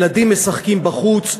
ילדים משחקים בחוץ,